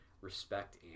respect